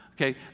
Okay